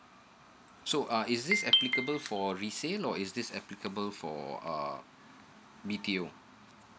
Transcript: so uh is this applicable for resale or is this applicable for uh b t o